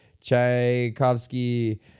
Tchaikovsky